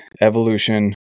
evolution